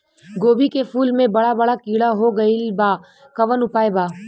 गोभी के फूल मे बड़ा बड़ा कीड़ा हो गइलबा कवन उपाय बा?